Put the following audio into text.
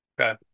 Okay